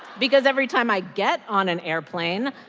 because every time i get on an airplane,